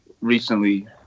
recently